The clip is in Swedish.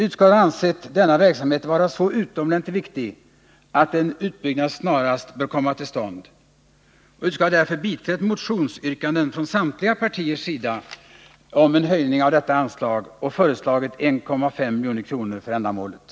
Utskottet har ansett denna verksamhet vara så utomordentligt viktig att en utbyggnad snarast bör komma till stånd. Utskottet har därför biträtt motionsyrkanden från samtliga partier om en höjning av detta anslag. Utskottet har föreslagit 1,5 milj.kr. för ändamålet.